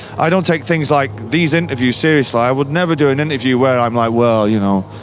i don't take things like these interviews seriously, i would never do an interview where i'm like, well, you know,